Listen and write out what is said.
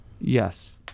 Yes